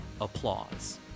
applause